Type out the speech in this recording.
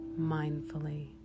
mindfully